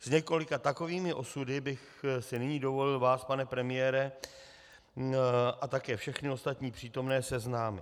S několika takovými osudy bych si nyní dovolil vás, pane premiére, a také všechny ostatní přítomné seznámit.